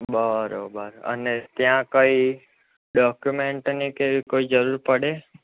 બરોબર અને ત્યાં કંઈ ડોક્યુમેન્ટની કે એવી કોઈ જરૂર પડે